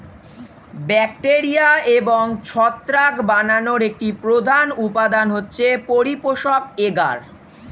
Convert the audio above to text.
bacteria এবং ছত্রাক বানানোর একটি প্রধান উপাদান হচ্ছে পরিপোষক এগার